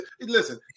Listen